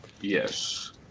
Yes